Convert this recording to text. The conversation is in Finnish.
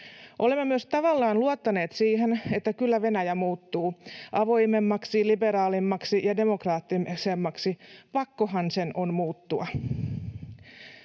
Olemme myös tavallaan luottaneet siihen, että kyllä Venäjä muuttuu avoimemmaksi, liberaalimmaksi ja demokraattisemmaksi, pakkohan sen on muuttua.